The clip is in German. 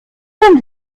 sind